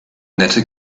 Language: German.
nette